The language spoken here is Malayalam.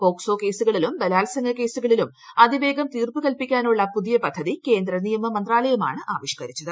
പോക്സോ കേസുകളിലും ബലാൽസംഗ കേസുകളിലും അതിവേഗം തീർപ്പ് കൽപ്പിക്കാനുള്ള പുതിയ പദ്ധതി കേന്ദ്ര നിയമ മന്ത്രാലയമാണ് ആവിഷ്ക്കരിച്ചത്